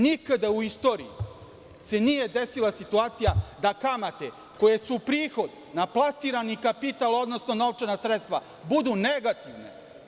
Nikada u istoriji se nije desila situacija da kamate koje su prihod na plasirani kapital, odnosno novčana sredstva, budu negativne.